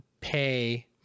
pay